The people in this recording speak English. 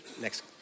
next